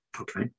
okay